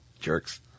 Jerks